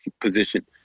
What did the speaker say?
position